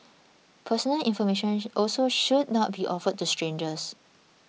personal information also should not be offered to strangers